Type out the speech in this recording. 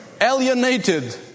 alienated